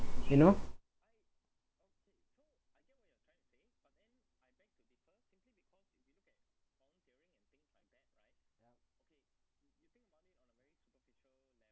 you know